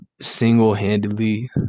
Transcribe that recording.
single-handedly